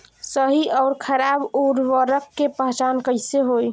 सही अउर खराब उर्बरक के पहचान कैसे होई?